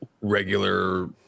regular